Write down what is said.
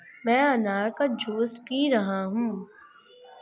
मैं अनार का जूस पी रहा हूँ